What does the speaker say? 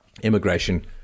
immigration